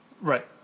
right